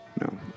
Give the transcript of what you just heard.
no